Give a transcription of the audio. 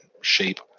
shape